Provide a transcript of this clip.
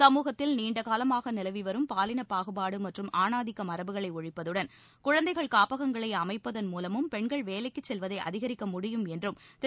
சமூகத்தில் நீண்டகாலமாக நிலவிவரும் பாலினப் பாகுபாடு மற்றும் ஆணாதிக்க மரபுகளை ஒழிப்பதுடன் குழந்தைகள் காப்பகங்களை அமைப்பதன் மூலமும் பெண்கள் வேலைக்குச் கெல்வதை அதிகரிக்க முடியும் என்றும் திரு